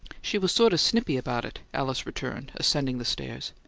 she was sort of snippy about it, alice returned, ascending the stairs.